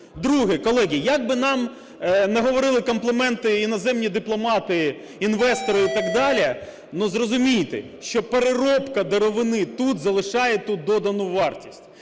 Друге. Колеги, як би нам не говорили комплементи іноземні дипломати, інвестори і так далі, ну, зрозумійте, що переробка деревини тут залишає тут додану вартість.